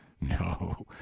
No